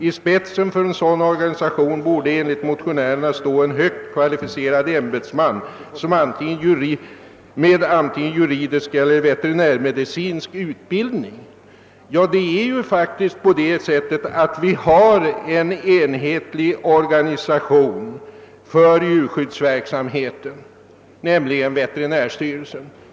I spetsen för en sådan organisation borde, enligt motionärerna, lämpligen stå en högt kvalificerad ämbetsman med antingen juridisk eller veterinärmedicinsk utbildning. Det är ju faktiskt på det viset att vi har en enhetlig organisation för djurskyddsverksamheten, nämligen veterinärstyrelsen.